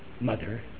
mother